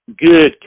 good